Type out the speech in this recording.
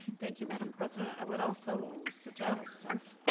thank you madam president. i would also suggest since,